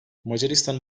macaristan